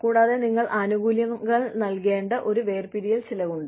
കൂടാതെ നിങ്ങൾ ആനുകൂല്യങ്ങൾ നൽകേണ്ട ഒരു വേർപിരിയൽ ചെലവുണ്ട്